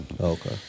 Okay